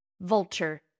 Vulture